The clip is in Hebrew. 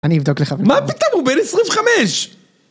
אני אבדוק לך. - מה פתאום הוא בן 25?!